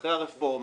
אחרי הרפורמה.